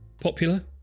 Popular